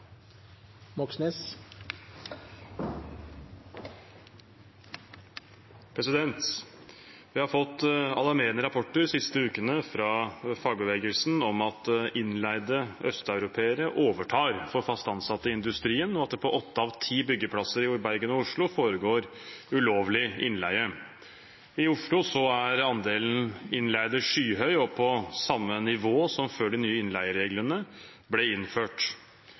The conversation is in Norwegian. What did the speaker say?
har vi fått alarmerende rapporter fra fagbevegelsen om at innleide østeuropeere overtar for fast ansatte i industrien, og at det på åtte av ti byggeplasser i Bergen og Oslo foregår ulovlig innleie. I Oslo er andelen innleide skyhøy og på samme nivå som før de nye innleiereglene ble innført.